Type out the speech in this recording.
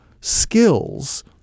skills